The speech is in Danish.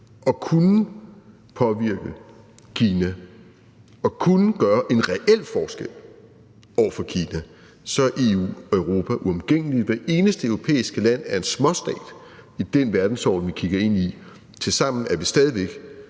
at kunne påvirke Kina og kunne gøre en reel forskel over for Kina, så er EU og Europa uomgængelige. Hvert eneste europæiske land er en småstat i den verdensorden, vi kigger ind i. Tilsammen er vi stadig væk